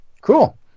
Cool